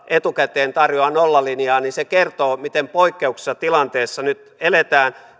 etukäteen tarjoaa nollalinjaa kertoo miten poikkeuksellisessa tilanteessa nyt eletään